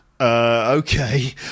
Okay